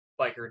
Biker